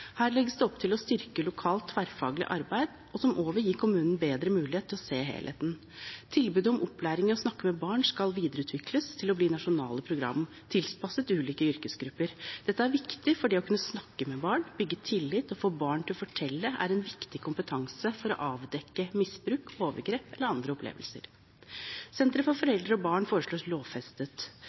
Her legges det opp til å styrke lokalt, tverrfaglig arbeid, som også vil gi kommunen bedre mulighet til å se helheten. Tilbudet om opplæring i å snakke med barn skal videreutvikles til å bli nasjonale programmer tilpasset ulike yrkesgrupper. Dette er viktig, fordi det å kunne snakke med barn, bygge tillit og få barn til å fortelle er en viktig kompetanse for å avdekke misbruk, overgrep eller andre opplevelser. Sentre for foreldre og barn foreslås lovfestet.